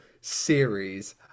series